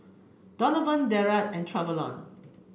Donavan Derald and Travon